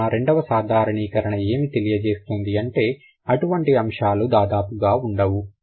కావున రెండవ సాధారణీకరణ ఏమి తెలియజేస్తుంది అంటే అటువంటి అంశాలు దాదాపుగా ఉండవు